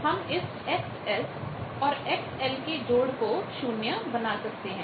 इसलिए हम इस XS और XL के जोड़ को 0 बना सकते हैं